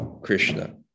Krishna